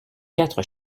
quatre